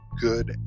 Good